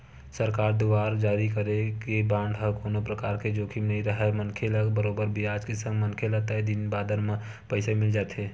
सरकार दुवार जारी करे गे बांड म कोनो परकार के जोखिम नइ राहय मनखे ल बरोबर बियाज के संग मनखे ल तय दिन बादर म पइसा मिल जाथे